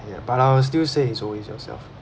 ya but I would still say it's always yourself